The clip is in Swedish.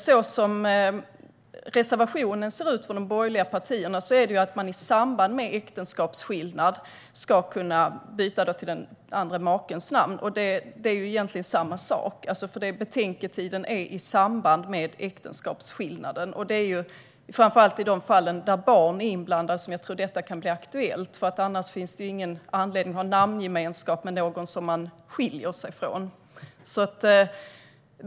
Enligt reservationen från de borgerliga partierna ska man i samband med äktenskapsskillnad kunna byta till makens eller makans namn, och det är ju egentligen samma sak. Betänketiden är nämligen i samband med äktenskapsskillnaden. Det är framför allt i de fall då barn är inblandade jag tror att detta kan bli aktuellt, för annars finns ju ingen anledning att ha namngemenskap med någon man skiljer sig från.